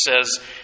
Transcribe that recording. says